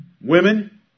Women